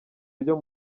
ryo